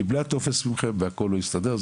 קיבלה מכם טופס והכול לא הסתדר לה.